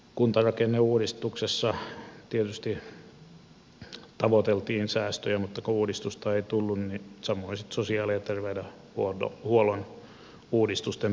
kuntarakenneuudistuksessa tietysti tavoiteltiin säästöjä mutta uudistusta ei tullut samoin on sitten sosiaali ja terveydenhuollon uudistusten puuttuminen